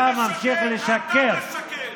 אתה ממשיך לשקר.